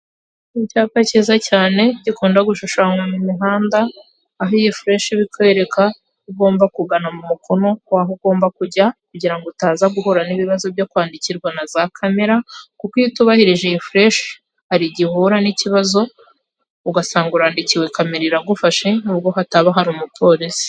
Icyapa kiza cyane gikunda gushushanywa mu muhanda, aho iyi fureshi iba ikwereka aho ugomba kugana mumukono w'aho ugomba kujya kugira ngo utaza guhura n'ibibazo byo kwandikirwa na za kamera, kuko iyo utubahirije iyi fureshi hari igihe uhura n'ikibazo ugasanga urandikiwe kamera iragufashe nubwo hataba hari umupolisi.